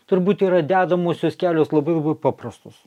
turbūt yra dedamosios kelios labai labai paprastos